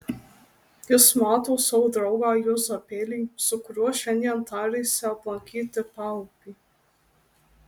jis mato savo draugą juozapėlį su kuriuo šiandien tarėsi aplankyti paupį